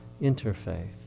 interfaith